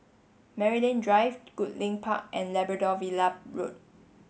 Maryland Drive Goodlink Park and Labrador Villa Road